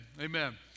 Amen